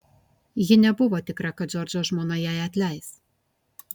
ji nebuvo tikra kad džordžo žmona jai atleis